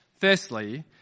Firstly